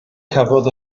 cafodd